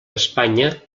espanya